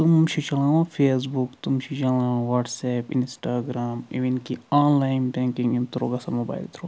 تم چھِ چلاوان فیس بُک تم چھِ چلاوان وٹسایپ انسٹراگرام اِون کہِ آنلاین بیکنگ ییٚمہِ تھروٗ گژھان موبایل تھروٗ